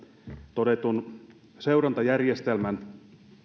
todetun seurantajärjestelmän